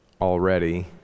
already